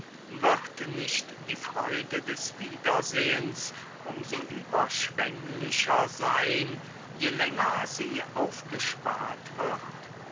wird nicht die freude des wiedersehens um so überschwänglicher seyn je länger sie aufgespart wird